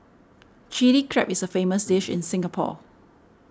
Chilli Crab is a famous dish in Singapore